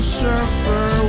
surfer